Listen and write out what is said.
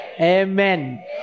Amen